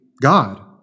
God